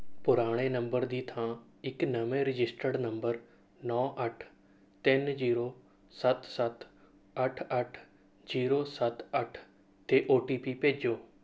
ਪੁਰਾਣੇ ਨੰਬਰ ਦੀ ਥਾਂ ਇੱਕ ਨਵੇਂ ਰਜਿਸਟਰਡ ਨੰਬਰ ਨੌਂ ਅੱਠ ਤਿੰਨ ਜ਼ੀਰੋ ਸੱਤ ਸੱਤ ਅੱਠ ਅੱਠ ਜ਼ੀਰੋ ਸੱਤ ਅੱਠ 'ਤੇ ਓ ਟੀ ਪੀ ਭੇਜੋ